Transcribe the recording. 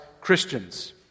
Christians